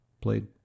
played